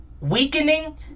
weakening